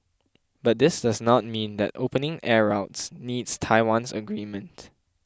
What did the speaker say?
but this does not mean that opening air routes needs Taiwan's agreement